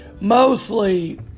mostly